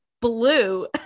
blue